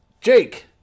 Jake